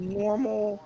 normal